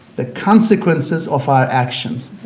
the consequences of our actions.